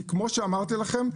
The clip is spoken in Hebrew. כמו שאמרתי לכם,